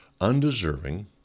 undeserving